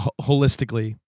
holistically